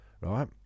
Right